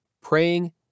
praying